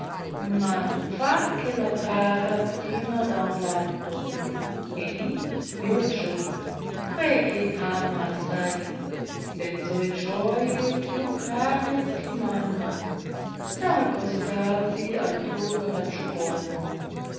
ma fa che la praga prima da un lato di meuccio quei che t ama assai delle sue gioie più care ti manda per accostarsi al tuo coraggio buono